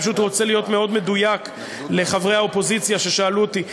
אני פשוט רוצה להיות מאוד מדויק לחברי האופוזיציה ששאלו אותי,